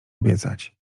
obiecać